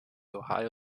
ohio